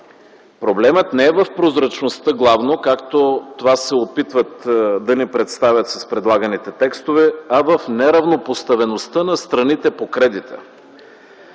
Проблемът не е главно в прозрачността, както се опитват да ни представят с предлаганите текстове, а в неравнопоставеността на страните по кредита.